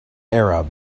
arab